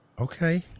Okay